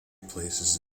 places